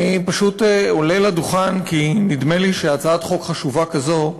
אני פשוט עולה לדוכן כי נדמה לי שהצעת חוק חשובה כזאת,